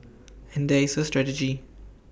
and there is A strategy